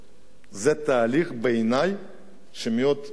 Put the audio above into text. זה בעיני תהליך מאוד מכובד.